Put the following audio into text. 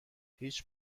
هیچ